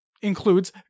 includes